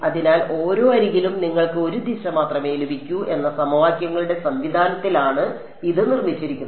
അതിനാൽ ഓരോ അരികിലും നിങ്ങൾക്ക് ഒരു ദിശ മാത്രമേ ലഭിക്കൂ എന്ന സമവാക്യങ്ങളുടെ സംവിധാനത്തിലാണ് ഇത് നിർമ്മിച്ചിരിക്കുന്നത്